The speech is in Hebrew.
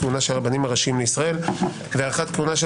כהונה של הרבנים הראשיים לישראל והארכת כהונה של